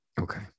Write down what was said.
Okay